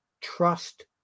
trust